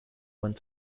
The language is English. went